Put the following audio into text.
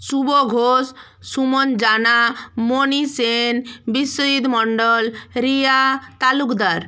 Shubho Ghosh Suman Jana Moni Sen Biswajit Mondal Riya Talukdar